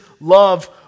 love